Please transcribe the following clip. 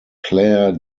claire